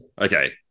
okay